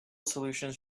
solutions